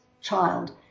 child